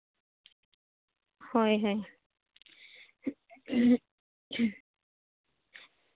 ᱦᱳᱭ ᱦᱳᱭ